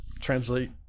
translate